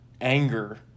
anger